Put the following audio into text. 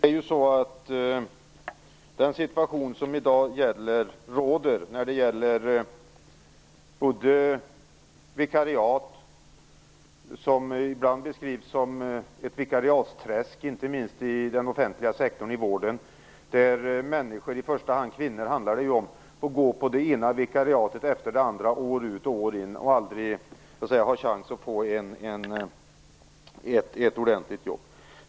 Fru talman! Den vikariatsituation som i dag råder beskrivs ibland som ett vikariatträsk - inte minst inom den offentliga sektorn, inom vården. Människor, i första hand kvinnor, får ju där år ut och år in gå på det ena vikariatet efter det andra utan att ha chans till ett ordentligt jobb.